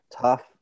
tough